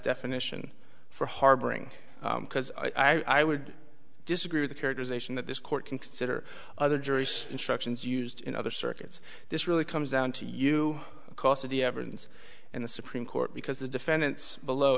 definition for harboring because i would disagree with the characterization that this court can consider other juries instructions used in other circuits this really comes down to you because of the evidence in the supreme court because the defendants below